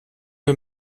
wir